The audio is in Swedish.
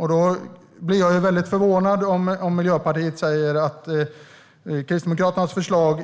Jag blir därför väldigt förvånad om Miljöpartiet säger att Kristdemokraternas förslag